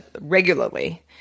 regularly